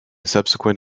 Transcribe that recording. subsequent